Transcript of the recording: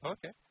Okay